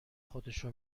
خودشو